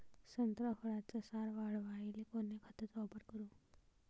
संत्रा फळाचा सार वाढवायले कोन्या खताचा वापर करू?